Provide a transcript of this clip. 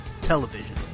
Television